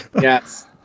Yes